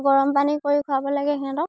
গৰম পানী কৰি খুৱাব লাগে সিহঁতক